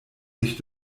sich